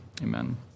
Amen